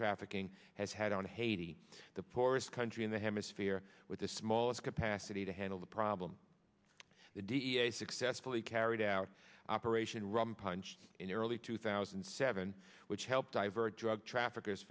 trafficking has had on haiti the poorest country in the hemisphere with the smallest capacity to handle the problem the d e a s successfully carried out operation rum punch in early two thousand and seven which helped divert drug traffic